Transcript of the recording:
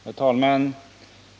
Herr talman!